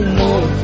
more